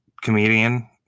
comedian